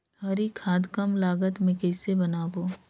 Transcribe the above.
हरी खाद कम लागत मे कइसे बनाबो?